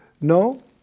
No